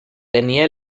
tenía